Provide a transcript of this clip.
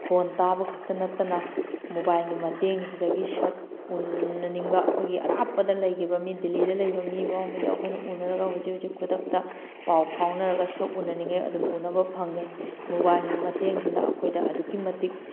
ꯈꯣꯟ ꯇꯥꯕ ꯈꯛꯇ ꯅꯠꯇꯅ ꯃꯣꯕꯥꯏꯜꯒꯤ ꯃꯇꯦꯡꯁꯤꯗꯒꯤ ꯁꯛ ꯎꯅꯅꯤꯡꯕ ꯑꯩꯈꯣꯏꯒꯤ ꯑꯔꯥꯞꯄꯗ ꯂꯩꯈꯤꯕ ꯃꯤ ꯗꯤꯜꯂꯤꯗ ꯂꯩꯕ ꯃꯤ ꯐꯥꯎꯉꯩꯗ ꯑꯩꯈꯣꯏꯅ ꯎꯅꯔꯒ ꯍꯧꯖꯤꯛ ꯍꯧꯖꯤꯛ ꯈꯨꯗꯛꯇ ꯄꯥꯎ ꯐꯥꯎꯅꯔꯒ ꯁꯛ ꯎꯅꯅꯤꯡꯉꯦ ꯑꯗꯨꯝ ꯎꯅꯕ ꯐꯪꯉꯦ ꯃꯣꯕꯥꯏꯜꯒꯤ ꯃꯇꯦꯡꯁꯤꯅ ꯑꯩꯈꯣꯏꯗ ꯑꯗꯨꯛꯀꯤ ꯃꯇꯤꯛ